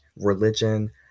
religion